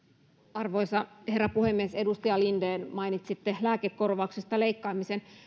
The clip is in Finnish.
arvoisa herra puhemies edustaja linden mainitsitte lääkekorvauksista leikkaamisen